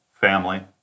family